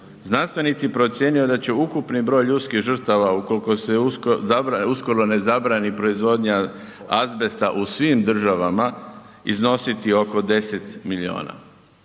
Znanstvenici procjenjuju da će ukupni broj ljudskih žrtava ukoliko se uskoro ne zabrani proizvodnja azbesta u svim državama iznositi oko 10 milijuna.